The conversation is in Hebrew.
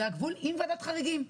זה הגבול עם ועדת חריגים.